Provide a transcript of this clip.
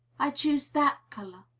i choose that color.